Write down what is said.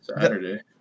Saturday